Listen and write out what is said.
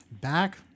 Back